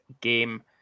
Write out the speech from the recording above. game